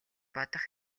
бодох